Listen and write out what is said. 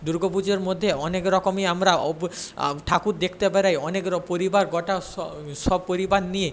দুর্গা পুজোর মধ্যে অনেক রকমই আমরা ঠাকুর দেখতে বেরোই অনেকে পরিবার গোটা সপরিবার নিয়ে